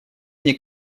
мне